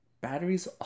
batteries